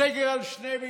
סגר על שני בניינים,